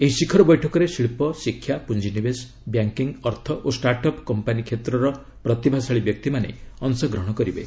ଏହି ଶିଖର ବୈଠକରେ ଶିଳ୍ପ ଶିକ୍ଷା ପୁଞ୍ଜିନିବେଶ ବ୍ୟାଙ୍କିଙ୍ଗ ଅର୍ଥ ଓ ଷ୍ଟାର୍ଟ୍ଅପ୍ କମ୍ପାନୀ କ୍ଷେତ୍ରର ପ୍ରତିଭାଶାଳୀ ବ୍ୟକ୍ତିମାନେ ଅଂଶଗ୍ରହଣ କରିବେ